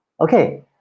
Okay